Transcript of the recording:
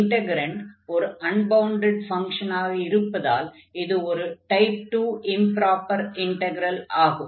integrand ஒரு unbounded ஃபங்ஷனாக இருப்பதால் இது ஒரு டைப் 2 இம்ப்ராப்பர் இன்டக்ரல் ஆகும்